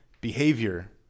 behavior